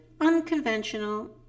unconventional